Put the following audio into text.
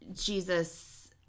Jesus